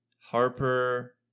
harper